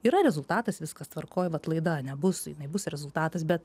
yra rezultatas viskas tvarkoj vat laida ane bus jinai bus rezultatas bet